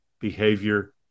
behavior